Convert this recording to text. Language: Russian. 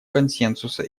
консенсуса